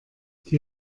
die